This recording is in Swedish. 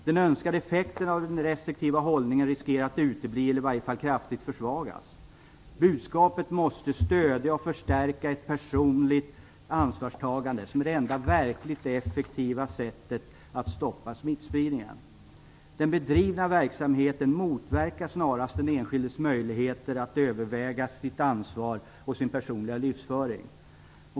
Den önskade effekten av den restriktiva hållningen riskerar att utebli eller i varje fall att kraftigt försvagas. Budskapet måste stödja och förstärka ett personligt ansvarstagande, som är det enda verkligt effektiva sättet att stoppa smittspridningen. Den bedrivna verksamheten motverkar snarast den enskildes möjligheter att överväga sitt ansvar och sin personliga livsföring.